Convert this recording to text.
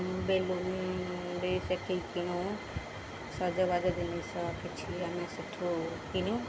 balloon ଯାଇ ସେଠି କିଣୁ ସଜବାଜ ଜିନିଷ କିଛି ଆମେ ସେଠୁ କିଣୁ